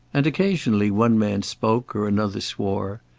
and occasionally one man spoke, or another swore.